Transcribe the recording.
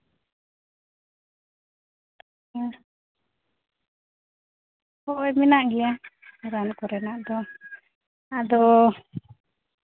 ᱦᱳᱭ ᱢᱮᱱᱟᱜ ᱜᱮᱭᱟ ᱨᱟᱱ ᱠᱚᱨᱮᱱᱟᱜ ᱫᱚ ᱟᱫᱚ